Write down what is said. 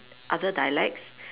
other dialects